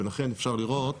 ולכן אפשר לראות